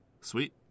Sweet